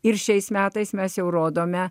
ir šiais metais mes jau rodome